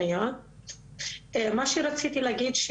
מה שרציתי להגיד,